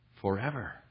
forever